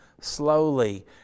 slowly